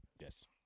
Yes